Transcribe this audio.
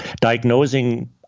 diagnosing